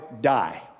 die